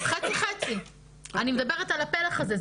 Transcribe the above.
חצי-חצי, אני מדברת על הפלח הזה.